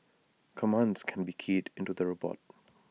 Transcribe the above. commands can be keyed into the robot